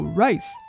rice